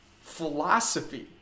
philosophy